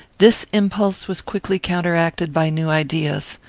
this impulse was quickly counteracted by new ideas.